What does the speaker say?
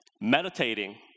meditating